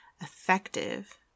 effective